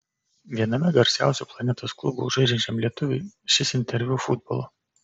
viename garsiausių planetos klubų žaidžiančiam lietuviui šis interviu futbolo